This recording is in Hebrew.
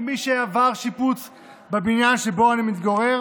כמי שעבר שיפוץ בבניין שבו אני מתגורר,